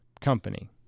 company